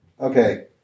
Okay